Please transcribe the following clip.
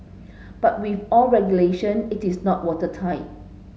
but with all regulation it is not watertight